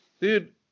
Dude